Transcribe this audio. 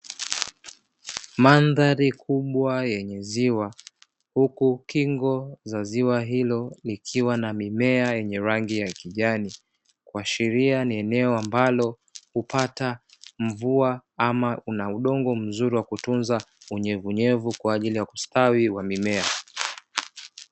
Mandhari kubwa yenye ziwa, huku kingo za ziwa hilo likiwa na mimea yenye rangi ya kijani kuashiria ni eneo ambalo hupata mvua ama una udongo mzuri wa kutunza unyevuunyevu kwaajili ya kustawi wa mimea.